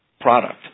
product